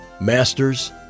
masters